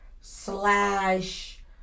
slash